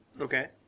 Okay